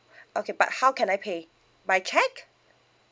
okay but how can I pay by cheque